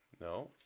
No